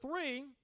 three